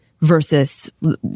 versus